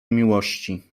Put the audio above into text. miłości